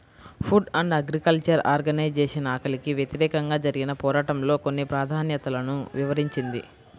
food and agriculture organization ఆకలికి వ్యతిరేకంగా జరిగిన పోరాటంలో కొన్ని ప్రాధాన్యతలను వివరించింది